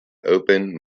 open